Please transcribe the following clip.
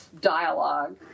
dialogue